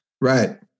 Right